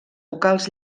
vocals